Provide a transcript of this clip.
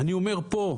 אני אומר פה,